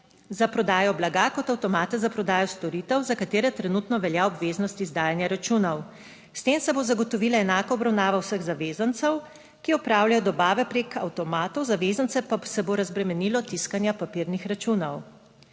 za prodajo blaga kot avtomate za prodajo storitev, za katere trenutno velja obveznost izdajanja računov. S tem se bo zagotovila enaka obravnava vseh zavezancev, ki opravljajo dobave preko avtomatov, zavezance pa se bo razbremenilo tiskanja papirnih računov.